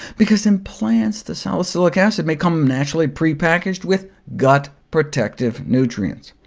because in plants, the salicylic acid may come naturally pre-packaged with gut-protective nutrients.